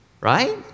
Right